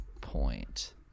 point